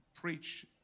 preach